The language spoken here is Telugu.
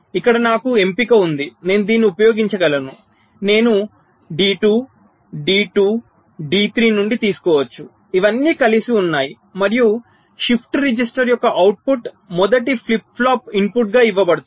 ఇక్కడ నాకు ఎంపిక ఉంది నేను దీనిని ఉపయోగించగలను నేను D2 D2 D3 నుండి తీసుకోవచ్చు ఇవన్నీ కలిసి ఉన్నాయి మరియు షిఫ్ట్ రిజిస్టర్ యొక్క అవుట్పుట్ మొదటి ఫ్లిప్ ఫ్లాప్కు ఇన్పుట్గా ఇవ్వబడుతుంది